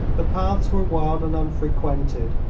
the paths were wild and unfrequented,